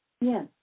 Yes